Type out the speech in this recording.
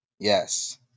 Yes